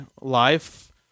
life